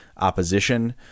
opposition